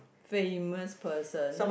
famous person